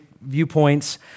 viewpoints